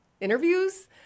interviews